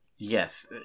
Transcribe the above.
Yes